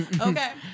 Okay